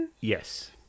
yes